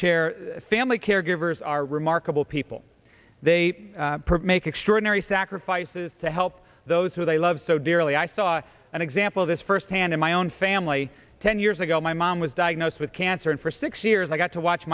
chair family caregivers are remarkable people they make extraordinary sacrifices to help those who they love so dearly i saw an example of this firsthand in my own family ten years ago my mom was diagnosed with cancer and for six years i got to watch